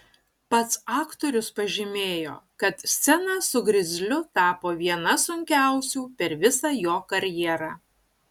pats aktorius pažymėjo kad scena su grizliu tapo viena sunkiausių per visą jo karjerą